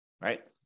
right